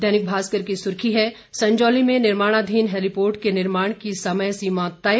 दैनिक भास्कर की सुर्खी है संजौली में निर्माणाधीन हेलीपोर्ट के निर्माण की समय सीमा तय